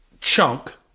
chunk